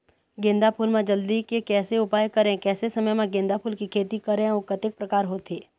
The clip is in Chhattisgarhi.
गेंदा फूल मा जल्दी के कैसे उपाय करें कैसे समय मा गेंदा फूल के खेती करें अउ कतेक प्रकार होथे?